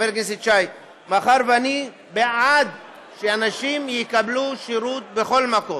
מאחר שאני בעד שאנשים יקבלו שירות בכל מקום,